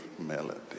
melody